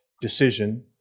decision